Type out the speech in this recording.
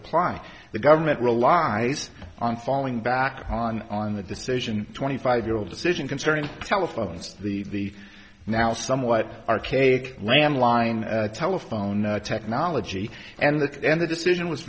apply the government relies on falling back on on the decision twenty five year old decision concerning telephones the now somewhat archaic landline telephone technology and that and the decision was